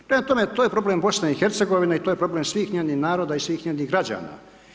Prema tome, to je problem BiH i to je problem svih njenih naroda i svih njenih građana.